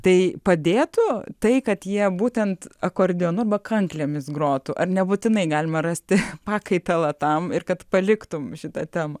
tai padėtų tai kad jie būtent akordeonu arba kanklėmis grotų ar nebūtinai galima rasti pakaitalą tam ir kad paliktum šitą temą